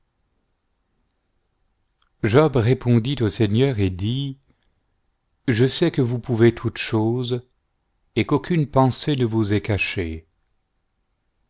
job répondit au seigneur et dit je sais que vous pouvez toutes choses et qu'aucime pensée ne vous est cachée